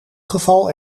geval